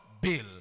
bill